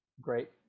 great